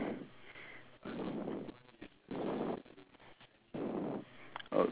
four four pear or five